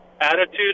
attitude